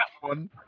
one